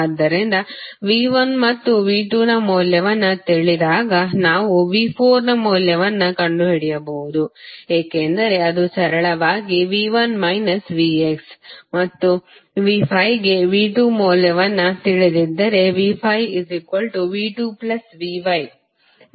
ಆದ್ದರಿಂದ V1 ಮತ್ತು V2 ನ ಮೌಲ್ಯವನ್ನು ತಿಳಿದಾಗ ನಾವು V4 ಮೌಲ್ಯವನ್ನು ಕಂಡುಹಿಡಿಯಬಹುದು ಏಕೆಂದರೆ ಅದು ಸರಳವಾಗಿ V1 Vx ಮತ್ತು V5 ಗೆ V2 ಮೌಲ್ಯವನ್ನು ತಿಳಿದಿದ್ದರೆ V5V2Vy ಮೌಲ್ಯವನ್ನು ಕಂಡುಹಿಡಿಯಬಹುದು